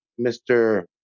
Mr